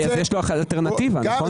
באשראי, יש לו אלטרנטיבה, נכון?